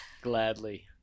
Gladly